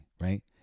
right